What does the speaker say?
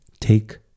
Take